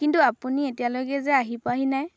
কিন্তু আপুনি এতিয়ালৈকে যে আহি পোৱাহি নাই